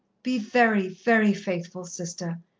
be very, very faithful, sister,